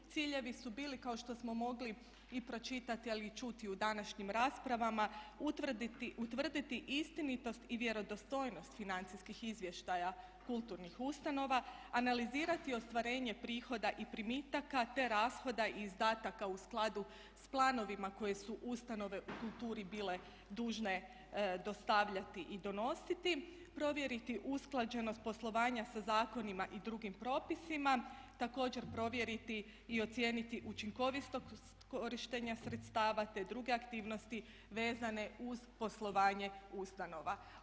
Ciljevi su bili kao što smo mogli i pročitati ali i čuti u današnjim raspravama utvrditi istinitost i vjerodostojnost financijskih izvještaja kulturnih ustanova, analizirati ostvarenje prihoda i primitaka te rashoda i izdataka u skladu sa planovima koje su ustanove u kulturi bile dužne dostavljati i donositi, provjeriti usklađenost poslovanja sa zakonima i drugim propisima, također provjeriti i ocijeniti učinkovitost korištenja sredstava te druge aktivnosti vezane uz poslovanja ustanova.